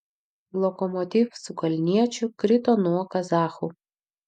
lokomotiv su kalniečiu krito nuo kazachų